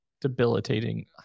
debilitating